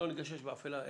שלא נגשש באפילה.